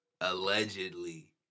allegedly